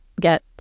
get